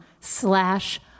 slash